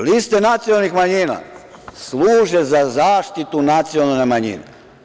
Ali, liste nacionalnih manjina služe za zaštitu nacionalne manjine.